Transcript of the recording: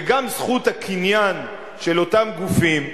וגם זכות הקניין של אותם גופים,